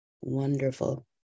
Wonderful